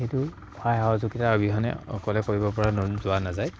সেইটো সহায় সহযোগিতা অবিহনে অকলে কৰিব পৰা যোৱা নাযায়